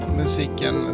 musiken